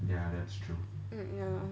ya